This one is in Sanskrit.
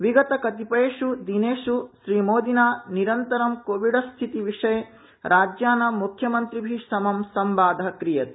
विगतकतिपयेष् दिनेष् श्रीमोदिना निरन्तरं कोरोनास्थितिविषये राज्यानां मुख्यमन्त्रिभि समं संवाद क्रियते